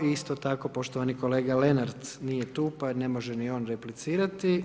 Isto tako poštovani kolega Lenard, nije tu pa ne može ni on replicirati.